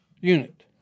unit